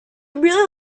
really